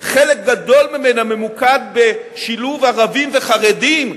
חלק גדול ממנה ממוקד בשילוב ערבים וחרדים,